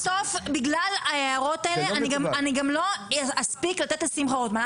בגלל ההערות האלה גם לא אספיק לתת לשמחה רוטמן.